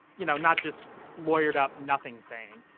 you know, not just lawyered up, nothing saying,